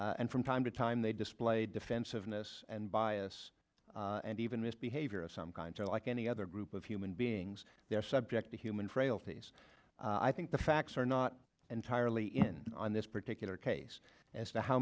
and from time to time they display defensiveness and bias and even misbehavior of some kind to like any other group of human beings they are subject to human frailties i think the facts are not entirely in on this particular case as to how